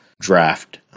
draft